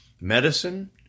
medicine